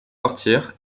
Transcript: sortir